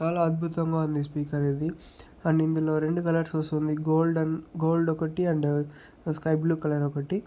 చాలా అద్భుతంగా ఉంది స్పీకర్ ఇది కానీ ఇందులో రెండు కలర్స్ వస్తుంది గోల్డ్ అండ్ గోల్డ్ ఒకటి అండ్ స్కై బ్లూ కలర్ ఒకటి